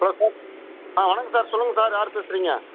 hello sir ஆ வணக்கம் sir சொல்லுங்கள் சார் யார் பேசுகிறீங்க